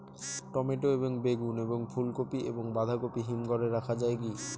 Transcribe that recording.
Tomato এবং বেগুন এবং ফুলকপি এবং বাঁধাকপি হিমঘরে রাখা যায় কি?